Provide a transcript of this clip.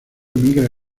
emigra